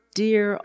dear